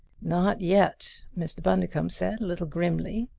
not yet! mr. bundercombe said, a little grimly.